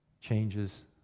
changes